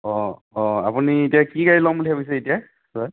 অঁ অঁ আপুনি এতিয়া কি গাড়ী ল'ম বুলি ভাবিছে এতিয়া ছাৰ